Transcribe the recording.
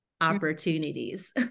opportunities